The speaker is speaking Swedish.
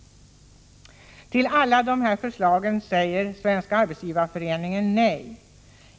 Till alla dessa förslag säger Svenska arbetsgivareföreningen nej.